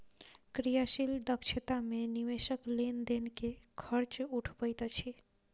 क्रियाशील दक्षता मे निवेशक लेन देन के खर्च उठबैत अछि